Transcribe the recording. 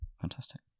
Fantastic